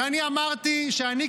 ואמרתי שאני,